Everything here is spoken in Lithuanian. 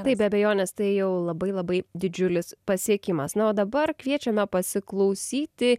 tai be abejonės tai jau labai labai didžiulis pasiekimas na o dabar kviečiame pasiklausyti